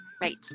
Right